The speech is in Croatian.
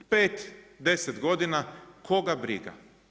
5, 10 godina koga briga.